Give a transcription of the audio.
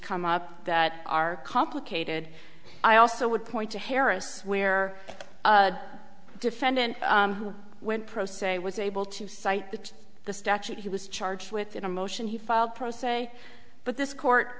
come up that are complicated i also would point to harris where the defendant who went pro se was able to cite the the statute he was charged with in a motion he filed pro se but this court